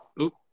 oop